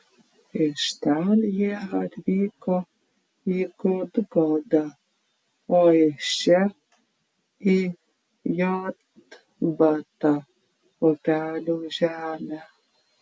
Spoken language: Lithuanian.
iš ten jie atvyko į gudgodą o iš čia į jotbatą upelių žemę